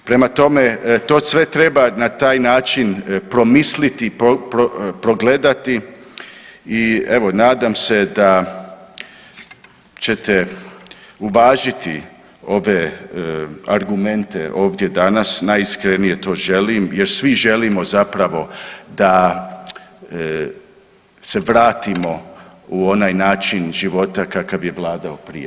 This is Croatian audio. Prema tome, to sve treba na taj način promisliti, progledati i evo nadam se da ćete uvažiti ove argumente ovdje danas, najiskrenije to želim jer svi želimo zapravo da se vratimo u onaj način života kakav je vladao prije.